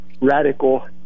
radical